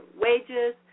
wages